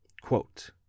Quote